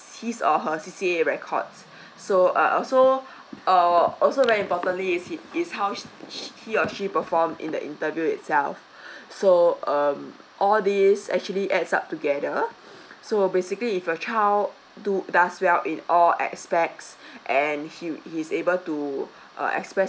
his or her C C A records so uh also uh also very importantly is he is how he or she performed in the interview itself so um all these actually adds up together so basically if your child do does well in all aspects and he he is able to uh express